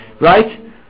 right